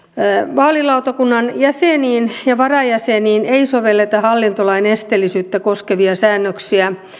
vaalilautakunnan jäseniin ja varajäseniin ei sovelleta hallintolain esteellisyyttä koskevia säännöksiä